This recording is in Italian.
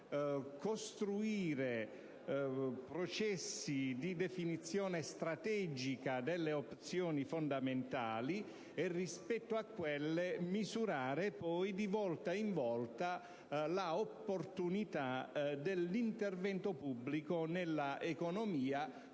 costruire processi di definizione strategica delle opzioni fondamentali, rispetto alle quali misurare di volta in volta l'opportunità dell'intervento pubblico nell'economia